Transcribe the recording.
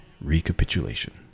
recapitulation